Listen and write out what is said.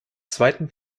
zweiten